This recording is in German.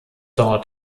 dort